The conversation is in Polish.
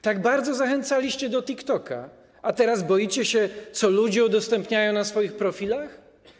Tak bardzo zachęcaliście do TikToka, a teraz boicie się tego, co ludzie udostępniają na swoich profilach?